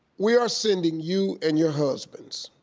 we are sending you and your husbands,